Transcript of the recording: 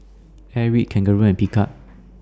Airwick Kangaroo and Picard